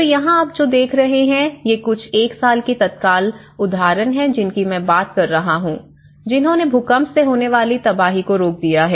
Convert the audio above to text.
तो यहाँ आप जो देख रहे हैं ये कुछ 1 साल की तत्काल उदाहरण हैं जिसकी मैं बात कर रहा हूं जिन्होंने भूकंप से होने वाली तबाही को रोक दिया है